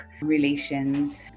relations